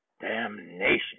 damnation